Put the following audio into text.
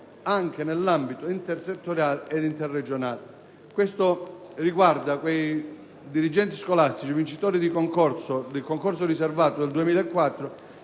anche nell'ambito intersettoriale ed interregionale». Questo punto riguarda quei dirigenti scolastici vincitori del concorso riservato del 2004